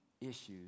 issues